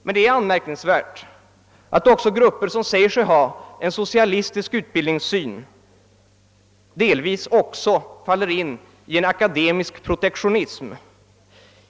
Men det är anmärkningsvärt att även grupper som säger sig ha en socialistisk utbildningssyn delvis också faller in i en akademisk protektionism.